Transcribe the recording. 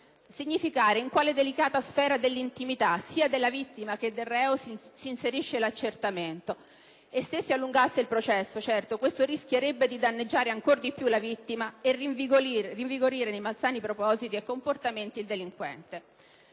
significare in quale delicata sfera dell'intimità, sia della vittima che del reo, si inserisce l'accertamento. E se si allungasse il processo, certo, si rischierebbe di danneggiare ancor più la vittima e di rinvigorire nei malsani propositi e comportamenti il delinquente.